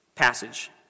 passage